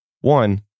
One